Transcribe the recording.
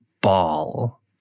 ball